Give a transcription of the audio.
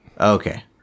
Okay